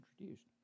introduced